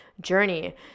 journey